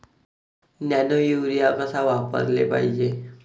Nano urea कस वापराले पायजे?